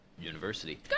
University